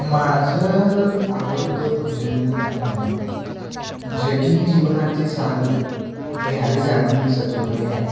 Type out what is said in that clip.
माझं आवडतं भजन जगी जीवनाचे सार घ्यावे जाणूनी सत्वर हे आहे